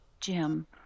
jim